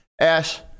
Ash